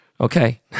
okay